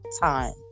time